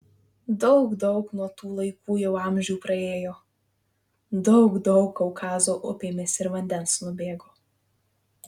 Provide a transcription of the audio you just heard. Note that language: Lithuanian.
daug daug nuo tų laikų jau amžių praėjo daug daug kaukazo upėmis ir vandens nubėgo